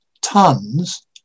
tons